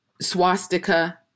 swastika